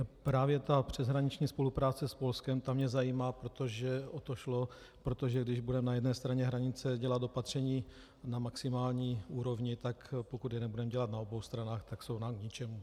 Právě ta přeshraniční spolupráce s Polskem, ta mě zajímá, o to šlo, protože když budeme na jedné straně hranice dělat opatření na maximální úrovni, tak pokud je nebudeme dělat na obou stranách, tak jsou nám k ničemu.